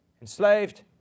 enslaved